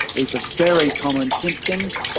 these are very common symptoms,